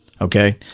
okay